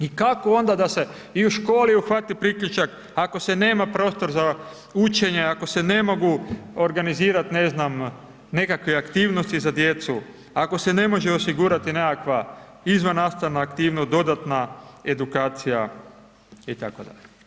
I kako onda da se i u školi uhvati priključak, ako se nema prostor za učenja, ako se ne mogu organizirati ne znam, nekakve aktivnosti za djecu, ako se ne može osigurati nekakva izvannastavna aktivnost, dodatna edukacija itd.